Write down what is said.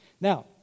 Now